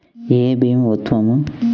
ఏ భీమా ఉత్తమము?